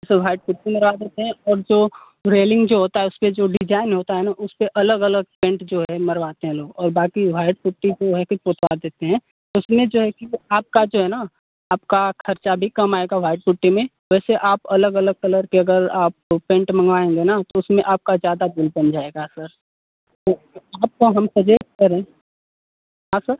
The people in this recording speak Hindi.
ऐसे व्हाइट पुट्टी लगा देते हैं और जो रेलिंग जो होता है उसपर जो डिजाइन होता है ना उसपर अलग अलग पेंट जो है मरवाते हैं लोग और बाकी व्हाइट पुट्टी को या फिर पोतवा देते हैं तो उसमें जो है कि आपका जो है ना आपका खर्चा भी कम आएगा व्हाइट पुट्टी में वैसे आप अलग अलग कलर के अगर आप पेंट मँगवाएँगे ना तो उसमे आपका ज़्यादा बिल बन जाएगा सर तो आपको हम सजेस्ट करें हाँ सर